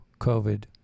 COVID